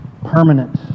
permanent